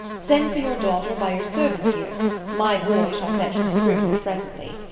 send for your daughter by your servant here my boy shall fetch the scrivener presently.